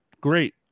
Great